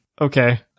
Okay